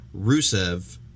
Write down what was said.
Rusev